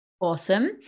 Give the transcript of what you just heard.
Awesome